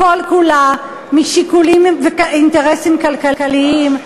כל כולה משיקולים ואינטרסים כלכליים.